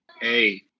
Hey